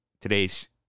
today's